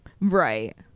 right